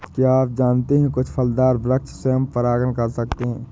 क्या आप जानते है कुछ फलदार वृक्ष स्वयं परागण कर सकते हैं?